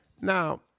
Now